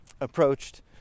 approached